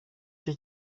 cyo